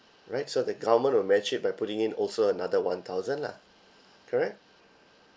right so the government will match it by putting in also another one thousand lah correct